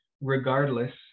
regardless